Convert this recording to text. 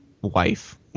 wife